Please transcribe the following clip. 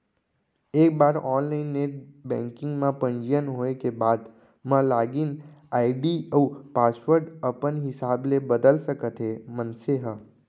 एक बार online net banking म पंजीयन होए के बाद म लागिन आईडी अउ पासवर्ड अपन हिसाब ले बदल सकत हे मनसे ह